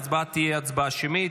ההצבעה תהיה הצבעה שמית.